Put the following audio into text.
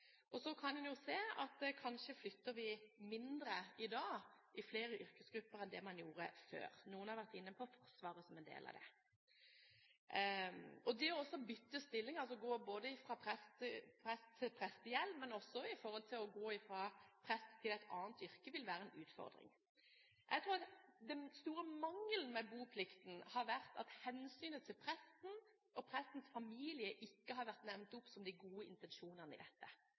Så kan man jo se at innen flere yrkesgrupper flytter man mindre i dag enn det man gjorde før. Noen har vært inne på Forsvaret som en del av det. Det å bytte stilling, ikke bare det å gå fra prest til prestegjeld, men også å gå fra prest til et annet yrke vil være en utfordring. Jeg tror den store mangelen ved boplikten har vært at hensynet til presten og prestens familie ikke har vært nevnt som de gode intensjonene